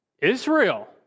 Israel